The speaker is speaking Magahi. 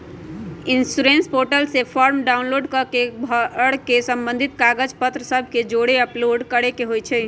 इंश्योरेंस पोर्टल से फॉर्म डाउनलोड कऽ के भर के संबंधित कागज पत्र सभ के जौरे अपलोड करेके होइ छइ